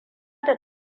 da